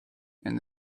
and